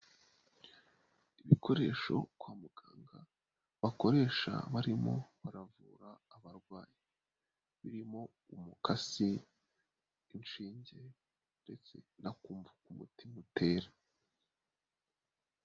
Ibikoresho kwa muganga bakoresha barimo baravura abarwayi, birimo umukasi, inshinge, ndetse n'akumva uko umutima utera.